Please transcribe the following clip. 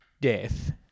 death